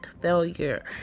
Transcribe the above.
failure